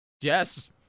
Yes